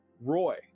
Roy